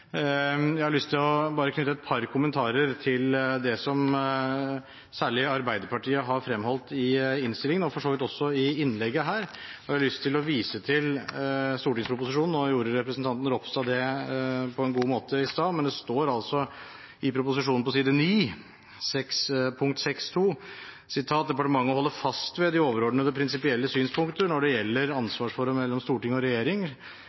Jeg har lyst til å knytte et par kommentarer til det som særlig Arbeiderpartiet har fremholdt i innstillingen, og for så vidt også i innlegget her, og jeg har lyst til å vise til stortingsproposisjonen – nå gjorde representanten Ropstad det på en god måte i stad – men det står altså i proposisjonen på side 9, punkt 6.2: «Departementet holder fast ved de overordnede prinsipielle synspunkter når det gjelder ansvarsforholdet mellom Stortinget og